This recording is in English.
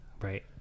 right